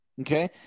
Okay